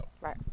Right